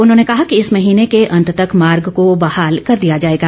उन्होंने कहा कि इस महीने के अंत तक मार्ग को बहाल कर दिया जाएगा